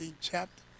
chapter